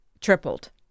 tripled